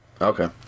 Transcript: Okay